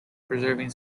preserving